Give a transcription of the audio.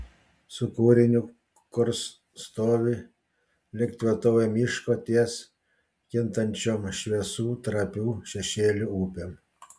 su kūriniu kurs stovi lyg tvirtovė miško ties kintančiom šviesų trapių šešėlių upėm